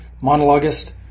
monologist